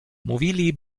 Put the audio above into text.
mówili